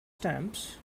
stamps